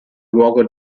luogo